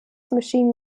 machine